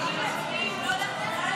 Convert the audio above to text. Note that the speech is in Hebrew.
נתקבל.